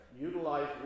utilize